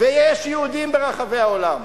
ויש יהודים ברחבי העולם,